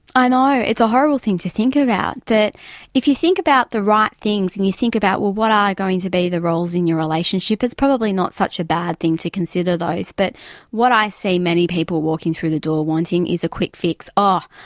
i know, it's a horrible thing to think about, that if you think about the right things and you think about, well, what are going to be roles in your relationship, it's probably not such a bad thing to consider those, but what i see many people walking through the door wanting is a quick fix. oh,